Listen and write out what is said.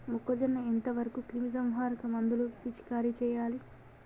మొక్కజొన్న ఎంత వరకు క్రిమిసంహారక మందులు పిచికారీ చేయాలి?